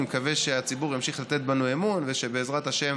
אני מקווה שהציבור ימשיך לתת בנו אמון ושבעזרת השם